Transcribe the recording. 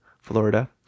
Florida